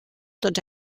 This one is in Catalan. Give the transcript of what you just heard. tots